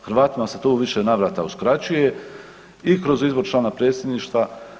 Hrvatima se to u više navrata uskraćuje i kroz izbor člana predsjedništva.